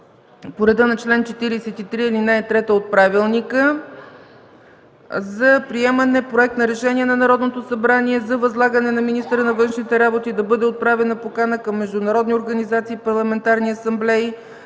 по реда на чл. 43, ал. 3 от Правилника, за приемане на Проект на решение на Народното събрание за възлагане на министъра на външните работи да бъде отправена покана към международни организации и парламентарни асамблеи